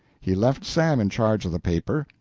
he left sam in charge of the paper,